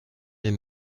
les